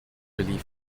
relief